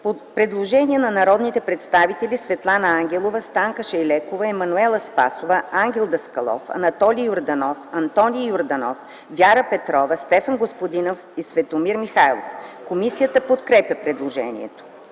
има предложение от народните представители Светлана Ангелова, Станка Шайлекова, Емануела Спасова, Ангел Даскалов, Анатолий Йорданов, Антоний Йорданов, Вяра Петрова, Стефан Господинов и Светомир Михайлов, което комисията подкрепя. Има предложение